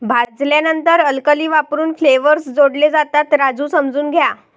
भाजल्यानंतर अल्कली वापरून फ्लेवर्स जोडले जातात, राजू समजून घ्या